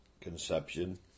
conception